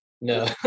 no